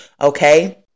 Okay